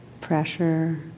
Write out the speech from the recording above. Pressure